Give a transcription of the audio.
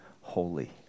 holy